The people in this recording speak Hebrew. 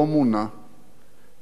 גדעון לא התנה את זה.